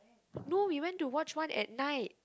no we went to watch one at night